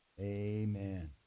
Amen